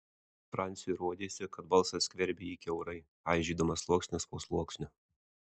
franciui rodėsi kad balsas skverbia jį kiaurai aižydamas sluoksnis po sluoksnio